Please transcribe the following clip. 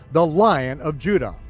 the lion of judah.